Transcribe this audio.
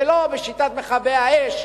ולא בשיטת מכבי-האש,